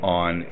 on